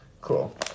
Cool